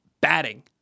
batting